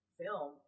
film